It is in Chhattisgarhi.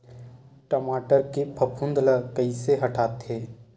टमाटर के फफूंद ल कइसे हटाथे?